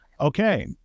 okay